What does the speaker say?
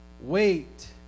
wait